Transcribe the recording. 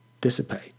dissipate